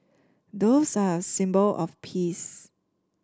doves are a symbol of peace